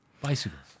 bicycles